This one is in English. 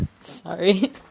Sorry